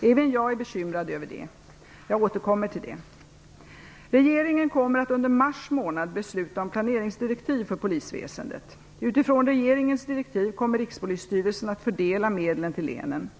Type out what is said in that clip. Även jag är bekymrad över detta. Jag återkommer till det. Regeringen kommer att under mars månad besluta om planeringsdirektiv för polisväsendet. Utifrån regeringens direktiv kommer Rikspolisstyrelsen att fördela medlen till länen.